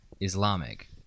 Islamic